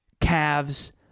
calves